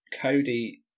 Cody